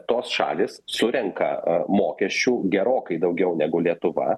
tos šalys surenka a mokesčių gerokai daugiau negu lietuva